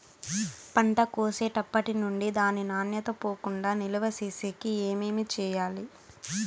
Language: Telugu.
పంట కోసేటప్పటినుండి దాని నాణ్యత పోకుండా నిలువ సేసేకి ఏమేమి చేయాలి?